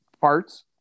parts